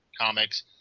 comics